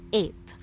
eight